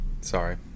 Sorry